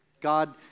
God